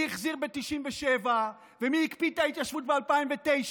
החזיר ב-1997 ומי הקפיא את ההתיישבות ב-2009,